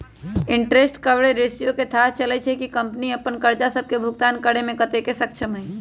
interest coverage ratio से थाह चललय छै कि कंपनी अप्पन करजा सभके भुगतान करेमें कतेक सक्षम हइ